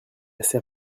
assez